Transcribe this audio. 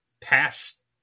past